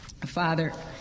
Father